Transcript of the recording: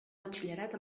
batxillerat